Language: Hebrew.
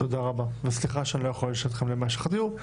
תודה רבה וסליחה שאני לא יכול להישאר איתכם גם להמשך הדיון,